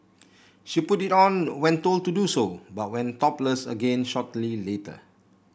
she put it on when told to do so but went topless again shortly later